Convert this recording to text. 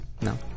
no